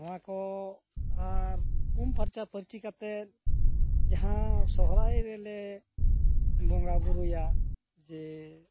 ᱱᱚᱣᱟ ᱠᱚ ᱟᱨ ᱩᱢ ᱯᱷᱟᱨᱪᱟᱼᱯᱷᱟᱹᱨᱪᱤ ᱠᱟᱛᱮᱜ ᱡᱟᱦᱟᱸ ᱥᱚᱦᱚᱨᱟᱭ ᱨᱮᱞᱮ ᱵᱚᱸᱜᱟ ᱵᱩᱨᱩᱭᱟ ᱡᱮ